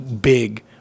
big